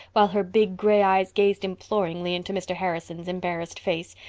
while her big gray eyes gazed imploringly into mr. harrison's embarrassed face.